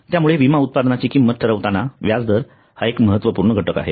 त्यामुळे विमा उत्पादनांची किंमत ठरवताना व्याजदर हा एक महत्वपूर्ण घटक आहे